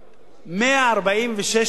146,000 דירות לפי נתוני הלמ"ס,